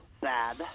Sad